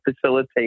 facilitate